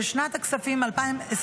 של שנת הכספים 2025